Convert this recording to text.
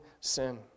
sin